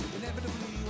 Inevitably